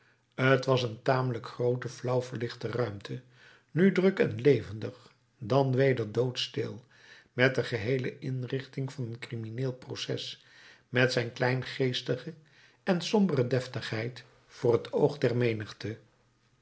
t was een tamelijk groote flauw verlichte ruimte nu druk en levendig dan weder doodstil met de geheele inrichting van een crimineel proces met zijn kleingeestige en sombere deftigheid voor t oog der menigte